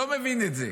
לא מבין את זה.